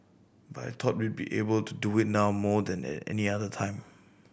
but I thought we be able to do it now more than at any other time